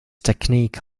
technique